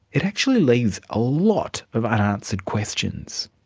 it actually leaves a lot of unanswered questions.